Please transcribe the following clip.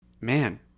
Man